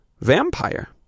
vampire